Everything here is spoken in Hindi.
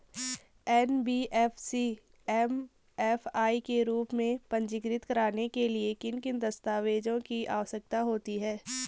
एन.बी.एफ.सी एम.एफ.आई के रूप में पंजीकृत कराने के लिए किन किन दस्तावेज़ों की आवश्यकता होती है?